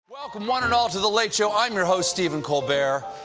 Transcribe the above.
welcome one and all to the late show. i'm your shows stephen colbert.